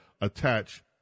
attach